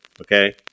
okay